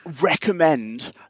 recommend